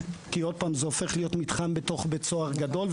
כי זה הופך להיות מתחם בתוך בית סוהר גדול,